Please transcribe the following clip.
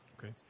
Okay